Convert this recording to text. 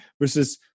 versus